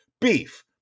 beef